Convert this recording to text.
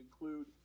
include